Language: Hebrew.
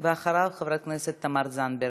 אחריו, חברת הכנסת תמר זנדברג.